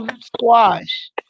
squash